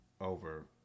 Over